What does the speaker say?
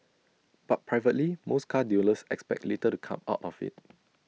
but privately most car dealers expect little to come out of IT